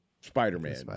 Spider-Man